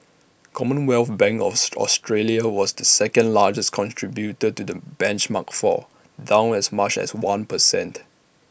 commonwealth bank of Australia was the second largest contributor to the benchmark's fall down as much as one per cent